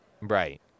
Right